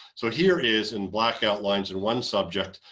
so here is in blackout lines in one subject,